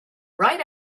right